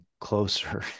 closer